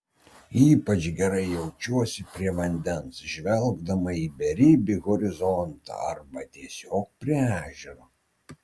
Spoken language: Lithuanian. ypač gerai jaučiuosi prie vandens žvelgdama į beribį horizontą arba tiesiog prie ežero